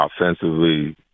offensively